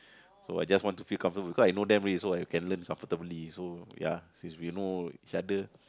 so I just want to feel comfortable because I know them already so I can learn comfortably so ya since we know each other